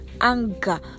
anger